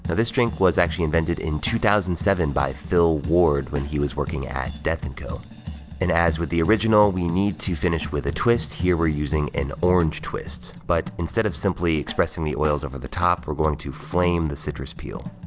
this drink was actually invented in two thousand and seven by phil ward when he was working at death and co and as with the original, we need to finish with a twist, here, we're using an orange twist. but instead of simply expressing the oils over the top, we're going to flame the citrus peel.